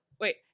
Wait